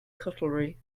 cutlery